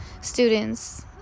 students